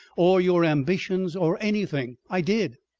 or your ambitions or anything. i did.